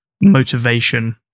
motivation